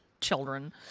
Children